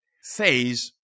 says